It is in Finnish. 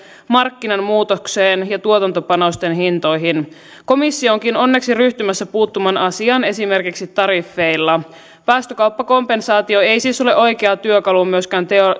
markkinan muutokseen ja tuotantopanosten hintoihin komissio onkin onneksi ryhtymässä puuttumaan asiaan esimerkiksi tariffeilla päästökauppakompensaatio ei siis ole oikea työkalu myöskään